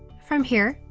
from here,